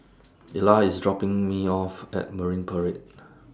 Ela IS dropping Me off At Marine Parade